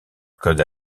code